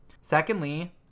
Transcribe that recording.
Secondly